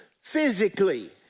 physically